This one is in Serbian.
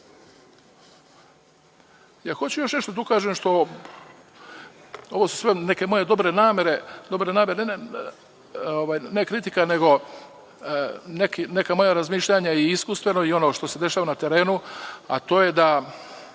hoću na još nešto da ukažem. Ovo su sve neke moje dobre namere, ne kritika, nego neka moja razmišljanja, iskustveno i ono što se dešava na terenu, a to je da,